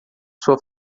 sua